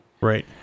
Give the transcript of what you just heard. Right